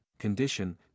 condition